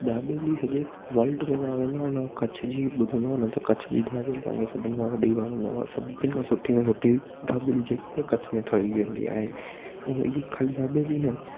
दाबेली सॼे वर्ल्ड में मां वेंदो आहियां न कच्छ जी ॿुधंदो आहिनि त कच्छ जी दाबेली तव्हांखे सभिनि खां वॾी वणंदव सभिनि खां सुठी में सुठी दाबेली जेकी आहे कच्छ में ठही वेंदी आहे ऐं इहा ख़ाली दाबेली न